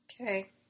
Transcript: Okay